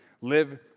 live